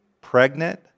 pregnant